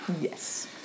Yes